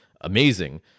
amazing